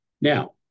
Now